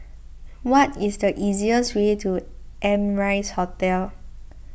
what is the easiest way to Amrise Hotel